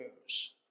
news